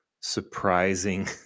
surprising